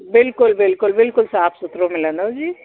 बिल्कुलु बिल्कुलु बिल्कुलु साफ़ु सुथिरो मिलंदो जी